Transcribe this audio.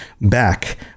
back